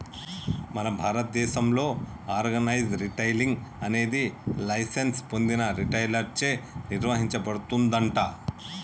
మన భారతదేసంలో organise retailing అనేది లైసెన్స్ పొందిన రిటైలర్ చే నిర్వచించబడుతుందంట